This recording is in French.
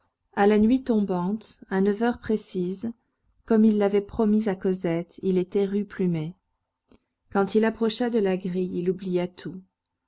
à la nuit tombante à neuf heures précises comme il l'avait promis à cosette il était rue plumet quand il approcha de la grille il oublia tout